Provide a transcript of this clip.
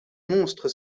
monstre